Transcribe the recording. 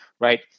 right